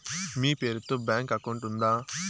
మీ పేరు తో bank account ఉందా?